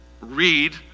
read